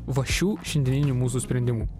va šių šiandieninių mūsų sprendimų